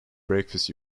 breakfast